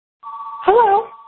hello